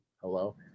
hello